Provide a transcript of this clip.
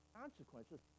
consequences